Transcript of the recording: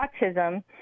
autism